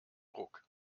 ruck